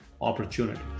opportunity